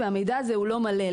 והמידע הזה הוא לא מלא.